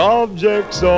objects